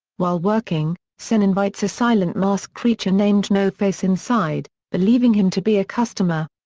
while working, sen invites a silent masked creature named no-face inside, believing him to be a customer.